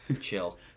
Chill